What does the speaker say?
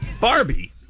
Barbie